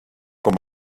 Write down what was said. com